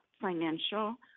financial